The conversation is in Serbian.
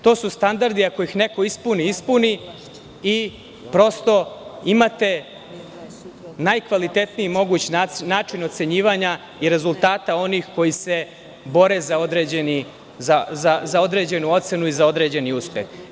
To su standardi, ako ih neko ispuni – ispuni, i prosto imate najkvalitetniji mogući način ocenjivanja i rezultata onih koji se bore za određenu ocenu i za određeni uspeh.